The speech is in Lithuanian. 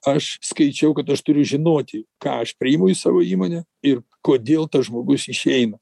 aš skaičiau kad aš turiu žinoti ką aš priimu į savo įmonę ir kodėl tas žmogus išeina